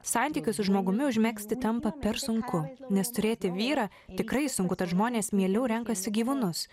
santykius su žmogumi užmegzti tampa per sunku nes turėti vyrą tikrai sunku tad žmonės mieliau renkasi gyvūnus